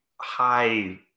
high